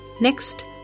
Next